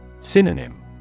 Synonym